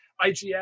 IGF